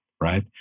right